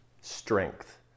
strength